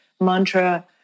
mantra